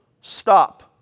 Stop